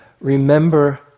remember